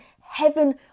heaven